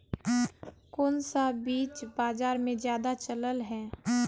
कोन सा बीज बाजार में ज्यादा चलल है?